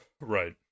Right